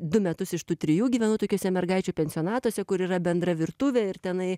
du metus iš tų trijų gyvenau tokiuose mergaičių pensionatuose kur yra bendra virtuvė ir tenai